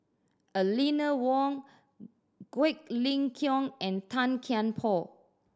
Eleanor Wong Quek Ling Kiong and Tan Kian Por